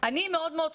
אני מאוד מאוד חוששת,